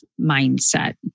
mindset